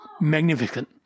magnificent